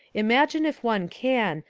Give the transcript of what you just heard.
imagine, if one can,